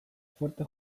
fuerte